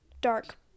dark